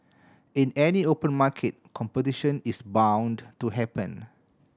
in any open market competition is bound to happen